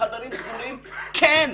בחדרים סגורים כן.